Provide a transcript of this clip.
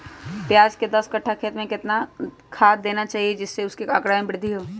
प्याज के दस कठ्ठा खेत में कितना खाद देना चाहिए जिससे उसके आंकड़ा में वृद्धि हो?